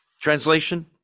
Translation